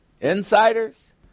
Insiders